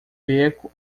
beco